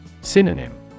Synonym